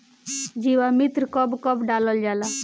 जीवामृत कब कब डालल जाला?